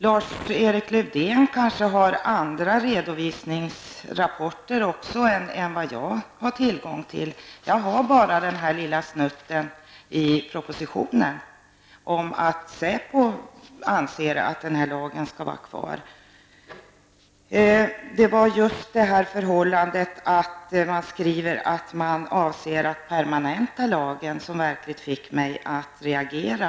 Lars-Erik Lövdén kanske har andra rapporter än vad jag har tillgång till. Jag har bara den lilla snutten i propositionen om att SÄPO anser att tvångsmedelslagen skall vara kvar. Det var just det förhållandet att man skriver att man avser att permanenta lagen som fick mig att reagera.